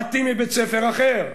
באתי מבית-ספר אחר: